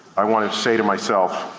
i wanna say to myself,